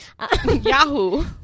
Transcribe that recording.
Yahoo